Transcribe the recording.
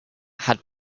had